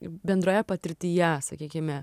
bendroje patirtyje sakykime